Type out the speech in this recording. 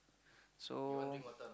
so